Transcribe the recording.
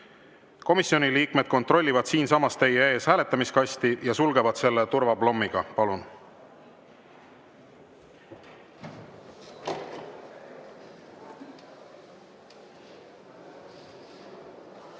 Komisjoni liikmed kontrollivad siinsamas teie ees hääletamiskasti ja sulgevad selle turvaplommiga. Palun!